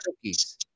cookies